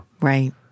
Right